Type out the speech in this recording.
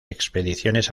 expediciones